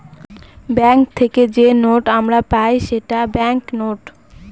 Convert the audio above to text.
bank থেকে যে note আমরা পাই সেটা ব্যাঙ্ক নোট